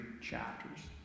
chapters